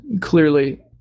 clearly